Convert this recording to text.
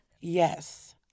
Yes